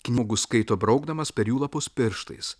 knygus skaito braukdamas per jų lapus pirštais